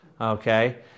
Okay